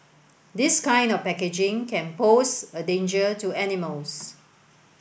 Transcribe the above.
this kind of packaging can pose a danger to animals